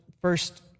first